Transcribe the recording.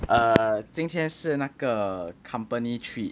err 今天是那个 company treat